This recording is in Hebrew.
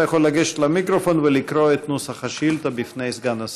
אתה יכול לגשת למיקרופון ולקרוא את נוסח השאילתה בפני סגן השר.